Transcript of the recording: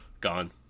gone